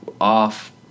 off